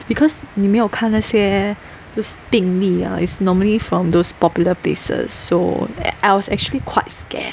because 你没有看那些 those 病例 ah is normally from those popular places so I was actually quite scared